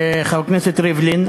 חבר הכנסת ריבלין,